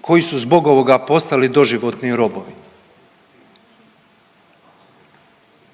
koji su zbog ovoga postali doživotni robovi.